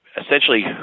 essentially